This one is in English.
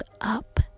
up